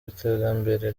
iterambere